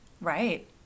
Right